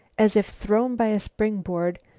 as if thrown by a springboard,